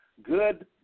Good